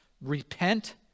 Repent